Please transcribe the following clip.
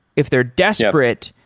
if they're desperate,